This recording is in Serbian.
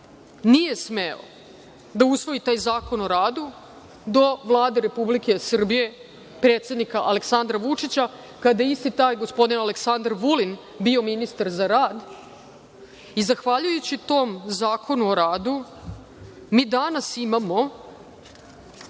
nije smeo da usvoji taj Zakon o radu do Vlade Republike Srbije, predsednika Aleksandra Vučića, kada je isti taj gospodin Aleksandar Vulin bio ministar za rad i zahvaljujući tom Zakonu o radu mi danas imamo